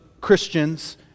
Christians